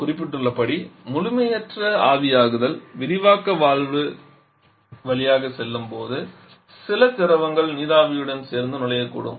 நான் குறிப்பிட்டுள்ளபடி முழுமையற்ற ஆவியாகுதல் விரிவாக்க வால்வு வழியாக செல்லும் போது சில திரவங்கள் நீராவியுடன் சேர்ந்து நுழையக்கூடும்